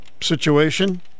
situation